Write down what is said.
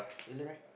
really meh